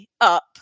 up